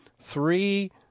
three